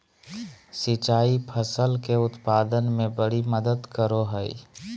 सिंचाई फसल के उत्पाद में बड़ी मदद करो हइ